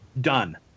Done